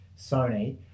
Sony